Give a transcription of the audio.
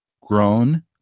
grown